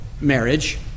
marriage